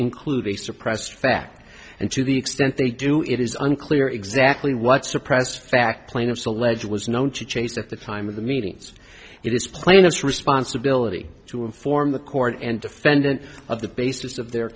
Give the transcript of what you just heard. including suppress fact and to the extent they do it is unclear exactly what suppressed fact plaintiffs allege was known to chase at the time of the meetings it is plaintiff's responsibility to inform the court and defendant of the basis of their